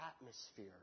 atmosphere